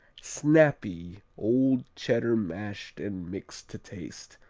snappy old cheddar mashed and mixed to taste,